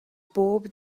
bob